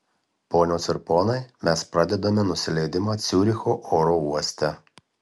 ponios ir ponai mes pradedame nusileidimą ciuricho oro uoste